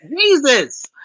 Jesus